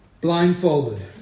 blindfolded